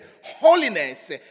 holiness